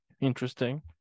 interesting